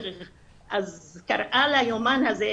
היא קראה ליומן הזה,